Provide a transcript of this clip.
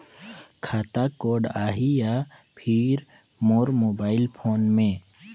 खाता कोड आही या फिर मोर मोबाइल फोन मे?